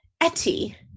Etty